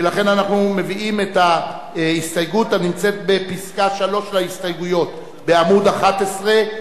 ולכן אנחנו מביאים את הסתייגות מס' 3 בעמוד 11,